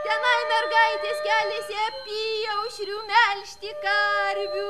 tenai mergaitės keliais ėjo apyaušriu melžti karvių